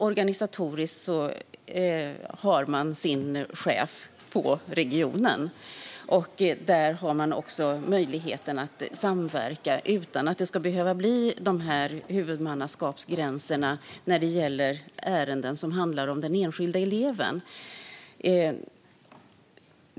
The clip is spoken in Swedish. Organisatoriskt har man dock sin chef på regionen, och där har man också möjlighet att samverka utan att det ska behöva uppstå huvudmannaskapsgränser när det gäller ärenden som handlar om den enskilda eleven.